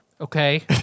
Okay